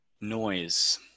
noise